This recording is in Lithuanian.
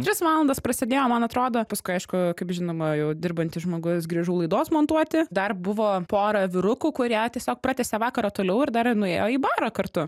tris valandas prasėdėjom man atrodo paskui aišku kaip žinoma jau dirbantis žmogus grįžau laidos montuoti dar buvo pora vyrukų kurie tiesiog pratęsė vakarą toliau ir dar nuėjo į barą kartu